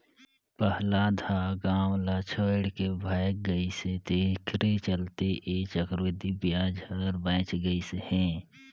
पहलाद ह गाव ल छोएड के भाएग गइस तेखरे चलते ऐ चक्रबृद्धि बियाज हर बांएच गइस हे